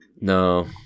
No